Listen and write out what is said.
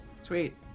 Sweet